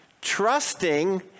Trusting